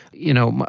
you know,